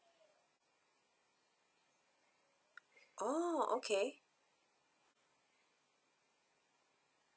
orh okay